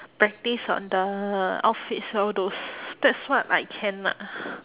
practise on the outfits all those that's what I can lah